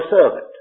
servant